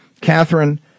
Catherine